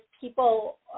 people